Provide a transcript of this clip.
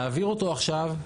להעביר אותו עכשיו,